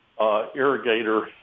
irrigator